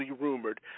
rumored